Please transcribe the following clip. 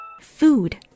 Food